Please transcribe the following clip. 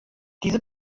diese